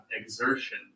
exertion